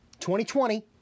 2020